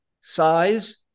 size